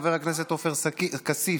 חבר הכנסת עופר כסיף,